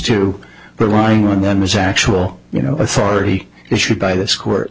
to relying on them as actual you know authority issued by this court